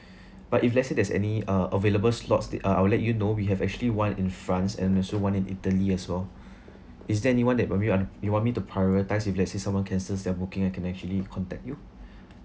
but if let's say there's any uh available slots the uh I will let you know we have actually one in france and also one in italy as well is there anyone that probably you aren't you want me to prioritize if let's say someone cancels their booking and can actually contact you